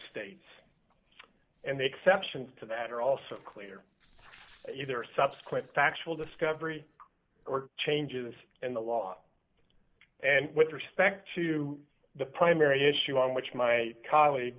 states and they kept to that or also clear either subsequent factual discovery or changes in the law and with respect to the primary issue on which my colleague